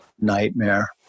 nightmare